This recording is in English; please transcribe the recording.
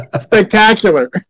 spectacular